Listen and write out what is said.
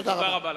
תודה רבה.